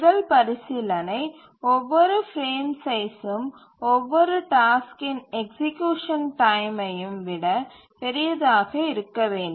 முதல் பரிசீலனை ஒவ்வொரு பிரேம் சைஸ்சும் ஒவ்வொரு டாஸ்க்கின் எக்சீக்யூசன் டைமையும் விட பெரியதாக இருக்க வேண்டும்